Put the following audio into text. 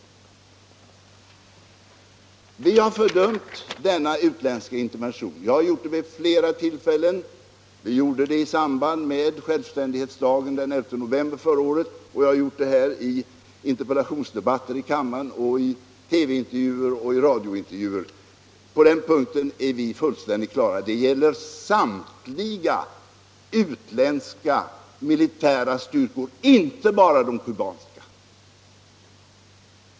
Vi har fördömt denna utländska intervention; vi gjorde det i samband med självständighetsdagen den 11 november förra året, och jag har gjort det vid flera tillfällen, i interpellationsdebatter här i kammaren och i TV och radiointervjuer. På den punkten är vår inställning fullständigt klar: fördömandet gäller samtliga utländska militära styrkor, inte bara de kubanska.